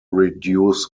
reduce